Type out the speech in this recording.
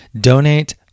Donate